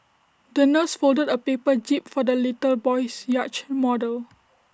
the nurse folded A paper jib for the little boy's yacht model